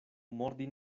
mordi